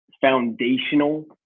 foundational